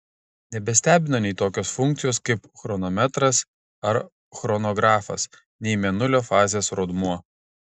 nebestebina nei tokios funkcijos kaip chronometras ar chronografas nei mėnulio fazės rodmuo